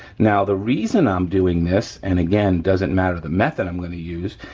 now the reason i'm doing this and again, doesn't matter the method i'm gonna use,